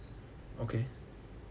okay